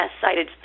cited